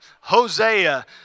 Hosea